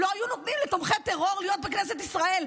לא היו נותנים לתומכי טרור להיות בכנסת ישראל.